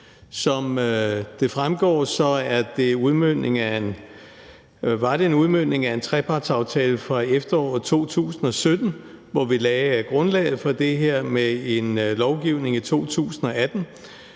det en udmøntning af en trepartsaftale fra efteråret 2017, hvor vi lagde grundlaget for det her, med en lovgivning i 2018.